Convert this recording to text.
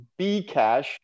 Bcash